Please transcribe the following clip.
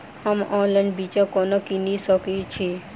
हम ऑनलाइन बिच्चा कोना किनि सके छी?